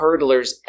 hurdlers